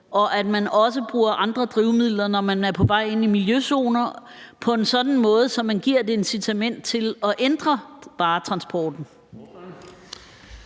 og at man også bruger andre drivmidler, når man er på vej ind i miljøzoner – på en sådan måde, at vi giver et incitament til at ændre på varetransporten.